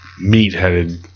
meat-headed